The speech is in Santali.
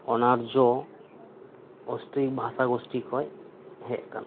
ᱚᱱᱟᱨᱡᱚ ᱚᱥᱴᱨᱤᱠ ᱵᱷᱟᱥᱟ ᱜᱳᱥᱴᱤ ᱠᱷᱚᱡ ᱦᱮᱡ ᱟᱠᱟᱱᱟ